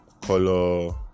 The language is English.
color